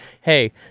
hey